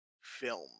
film